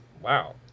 Wow